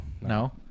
no